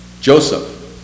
Joseph